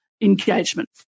engagement